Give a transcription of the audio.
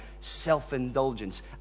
self-indulgence